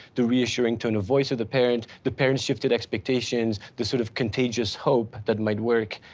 the reassuring tone of voice of the parent, the parents shifted expectations, the sort of contagious hope that might work.